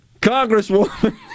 Congresswoman